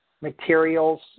materials